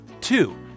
Two